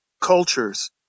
cultures